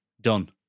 done